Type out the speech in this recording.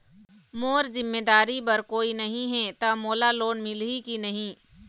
मोर जिम्मेदारी बर कोई नहीं हे त मोला लोन मिलही की नहीं?